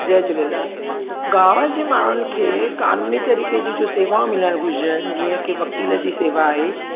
जय झूलेलाल गांव जे माण्हुनि खे क़ानूनी तरीक़े जूं सेवाऊं मिलणु घुरिजनि जीअं की वकील जी सेवा आहे